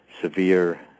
severe